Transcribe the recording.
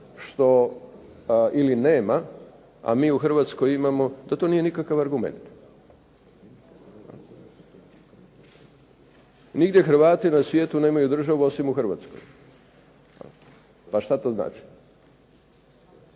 što ili nema a mi u Hrvatskoj imamo da to nije nikakav argument. Nigdje Hrvati na svijetu nemaju državu osim u Hrvatskoj. Pa šta to znači?